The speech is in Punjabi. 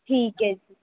ਠੀਕ ਹੈ ਜੀ